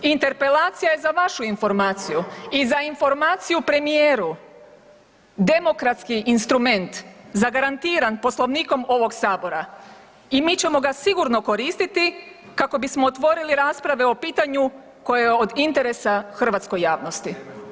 Interpelacija je, za vašu informaciju i za informaciju premijeru, demokratski instrument zagarantiran Poslovnikom ovog Sabora i mi ćemo ga sigurno koristiti kako bismo otvorili rasprave o pitanju koje je od interesa hrvatskoj javnosti.